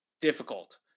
difficult